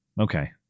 okay